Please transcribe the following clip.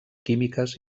químiques